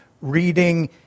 reading